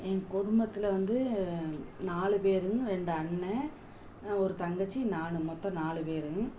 என் குடும்பத்தில் வந்து நாலு பேர் ரெண்டு அண்ணன் ஒரு தங்கச்சி நான் மொத்தம் நாலு பேர்